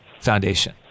Foundation